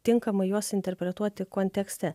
tinkamai juos interpretuoti kontekste